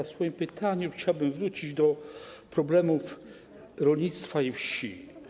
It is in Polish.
W moim pytaniu chciałbym wrócić do problemów rolnictwa i wsi.